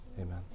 Amen